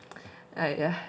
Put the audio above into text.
yeah